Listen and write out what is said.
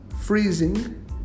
freezing